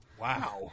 Wow